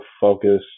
focus